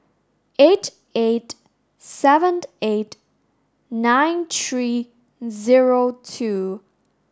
eight eight seven eight nine three zero two